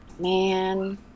Man